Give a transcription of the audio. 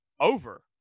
over